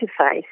interface